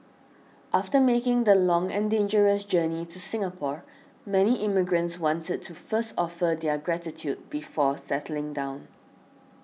after making the long and dangerous journey to Singapore many immigrants wanted to first offer their gratitude before settling down